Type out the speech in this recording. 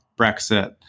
Brexit